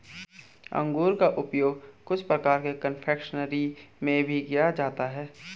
अंगूर का उपयोग कुछ प्रकार के कन्फेक्शनरी में भी किया जाता है